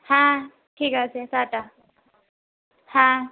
হ্যাঁ ঠিক আছে টাটা হ্যাঁ